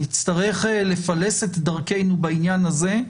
נצטרך לפלס את דרכנו בעניין הזה,